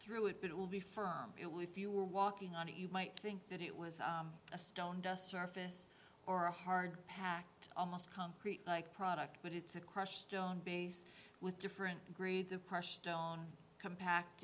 through it but it will be firm it will if you were walking on it you might think that it was a stone dust surface or a hard packed almost concrete like product but it's a crushed stone base with different grades of par stone compact